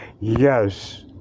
yes